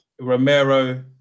Romero